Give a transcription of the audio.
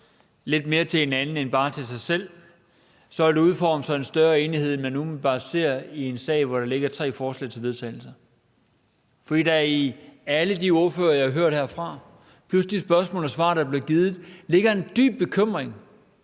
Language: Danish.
lidt mere til hinanden end bare til sig selv, vil der udfolde sig en større enighed, end man umiddelbart ser i en sag, hvor der ligger tre forslag til vedtagelse. For hos alle de ordførere, jeg har hørt herfra, plus i de spørgsmål og svar, der er blevet givet, ligger der en dyb bekymring